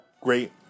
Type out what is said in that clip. great